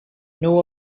know